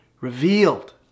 revealed